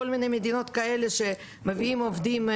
כל מיני מדינות כאלה שמביאים עובדים.